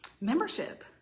membership